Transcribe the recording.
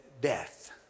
death